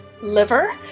Liver